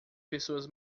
pessoas